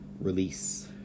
release